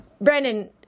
Brandon